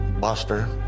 Buster